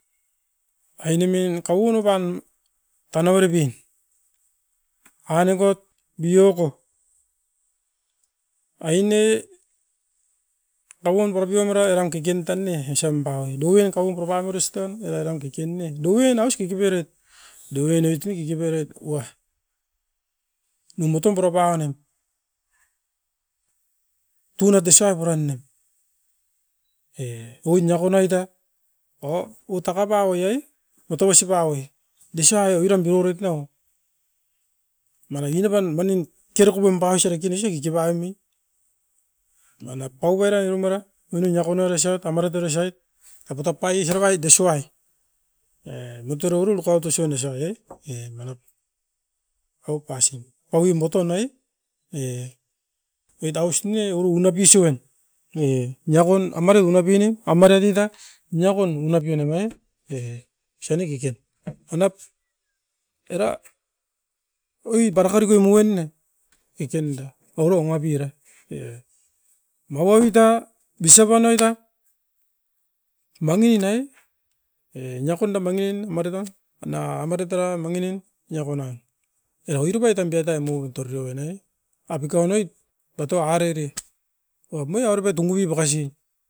Ainemin kauno pan tauna biripin, nanga nekot bioko. Aine tauam purapi amera eram kikin tan ne esambaui doian kabupera panioristan era orain keken ne doven ois kekepeiroit. Doven ois tunae kekeperoit pua, niumoton pura paunim tunat disoia puran nem oin naikunoit a paua otaka paui ai matau osip awe. Disoai oiran deorat nou mara inaban manin kerakopim bausira kenesoi kikipaumi, manap pauvera iromara uniumiaka nouresoit tamaru turesoit takutapais era oit desuwai. E muturau ru mukau tesuin noasa e, e manip paupasim. Pauim botonaie e dausnia oru unabisiuen ne niakon amaripuna pini amariatitat niakon unapionemai e osani keket. Manap era oi barakarikui muen ne kekenda oiro nuapira, e makawa tuita bisap anoita manin nai e niakonda mangin amarita na amere tara manginim niako nan. Era uirupaitan doitai mou ibotororen nai apika noit batu arere uap meiauripe tunipi bakasi.